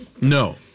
No